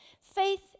Faith